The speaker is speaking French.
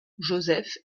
joseph